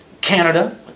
Canada